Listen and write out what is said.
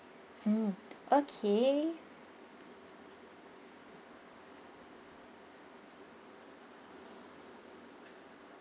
mm okay